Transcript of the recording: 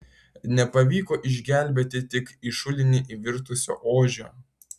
nepavyko išgelbėti tik į šulinį įvirtusio ožio